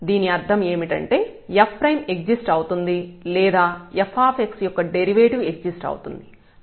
దీని అర్థం ఏమిటంటే f ఎగ్జిస్ట్ అవుతుంది లేదా f యొక్క డెరివేటివ్ ఎగ్జిస్ట్ అవుతుంది